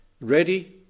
ready